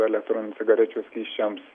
elektroninių cigarečių skysčiams